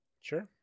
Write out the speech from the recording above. Sure